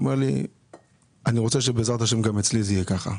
הוא אומר לי 'אני רוצה שבעזרת השם גם אצלי זה יהיה ככה,